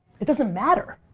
it doesn't matter.